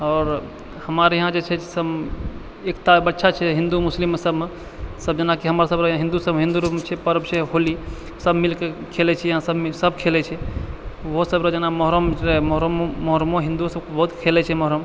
आओर हमारे इहाँ जे छै सभ एकता अच्छा छै हिन्दू मुस्लिममे सभमे सभ जेनाकि हमर सभ हिन्दू अर मे पर्ब छै होली सभ मिलिकऽ खेलै छियै इहाँ सभ सभ खेलै छै ओहो सभके जेना मोहरमछै मोहरमो हिन्दू सभ खेलै छै मोहरम